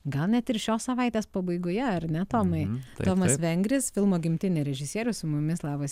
gal net ir šios savaitės pabaigoje ar ne tomai tomas vengris filmo gimtinė režisierius su mumis labas